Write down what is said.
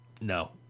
No